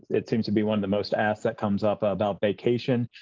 it seems to be one of the most asked that comes up about vacation.